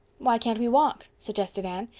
why can't we walk? suggested anne.